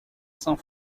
saint